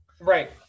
Right